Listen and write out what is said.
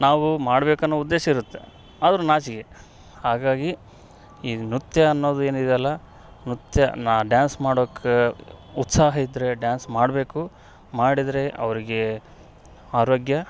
ನಾವು ಮಾಡ್ಬೇಕು ಅನ್ನೋ ಉದ್ದೇಶ ಇರುತ್ತೆ ಆದರೂ ನಾಚಿಕೆ ಹಾಗಾಗಿ ಈ ನೃತ್ಯ ಅನ್ನೋದು ಏನಿದೆ ಅಲ್ಲ ನೃತ್ಯ ನಾ ಡ್ಯಾನ್ಸ್ ಮಾಡೋಕೆ ಉತ್ಸಾಹ ಇದ್ರೆ ಡ್ಯಾನ್ಸ್ ಮಾಡಬೇಕು ಮಾಡಿದ್ರೆ ಅವರಿಗೆ ಆರೋಗ್ಯ